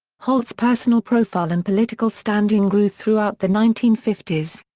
holt's personal profile and political standing grew throughout the nineteen fifty s.